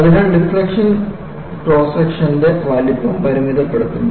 അതിനാൽഡിഫ്ളക്ഷൻ cross സെക്ഷന്റെ വലുപ്പം പരിമിതപ്പെടുത്തുന്നു